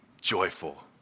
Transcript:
joyful